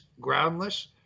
groundless